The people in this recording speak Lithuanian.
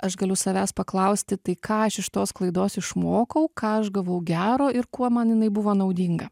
aš galiu savęs paklausti tai ką aš iš tos klaidos išmokau ką aš gavau gero ir kuo man jinai buvo naudinga